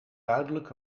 duidelijk